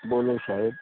બોલો સાહેબ